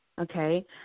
okay